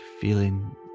feeling